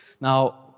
Now